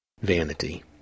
vanity